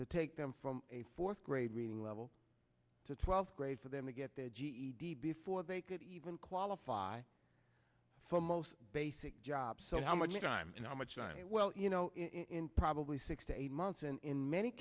to take them from a fourth grade reading level to twelfth grade for them to get their ged before they could even qualify for most basic job so how many times and how much money well you know in probably six to eight months and in many